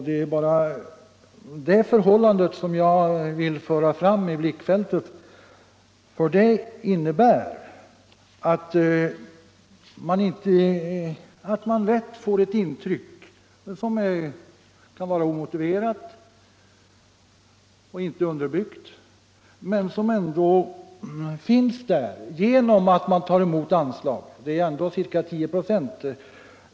Det är det förhållandet jag vill föra fram i blickfältet — för det innebär att man lätt får ett intryck av beroende, som kan vara omotiverat och inte underbyggt, men som ändå finns där genom att dessa anslag tas emot.